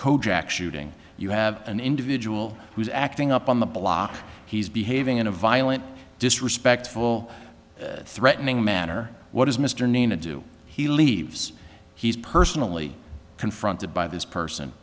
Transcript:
kojak shooting you have an individual who's acting up on the block he's behaving in a violent disrespectful threatening manner what is mr name to do he leaves he's personally confronted by this person